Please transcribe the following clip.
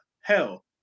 Hell